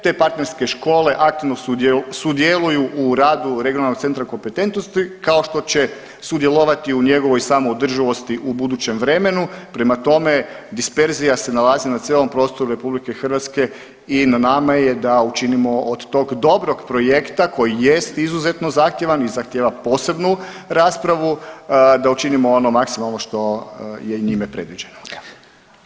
Te partnerske škole aktivno sudjeluju u radu regionalnog centra kompetentnosti, kao što će sudjelovati u njegovoj samoodrživosti u budućem vremenu, prema tome, disperzija se nalazi na cijelom prostoru RH i na nama je da učinimo od tog dobrog projekta koji jest izuzetno zahtjevan i zahtijeva posebnu raspravu, da učinimo ono maksimalno što je njime predviđeno.